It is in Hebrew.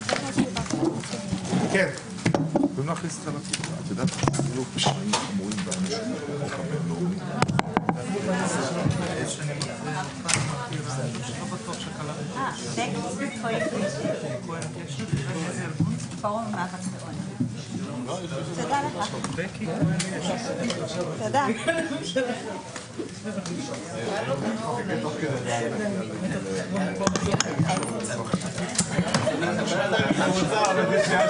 17:05.